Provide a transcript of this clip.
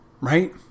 Right